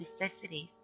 necessities